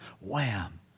Wham